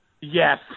Yes